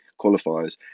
qualifiers